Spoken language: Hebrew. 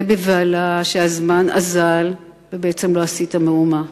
בבהלה שהזמן אזל ובעצם לא עשית מאומה.